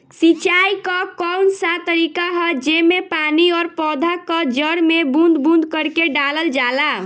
सिंचाई क कउन सा तरीका ह जेम्मे पानी और पौधा क जड़ में बूंद बूंद करके डालल जाला?